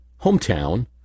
hometown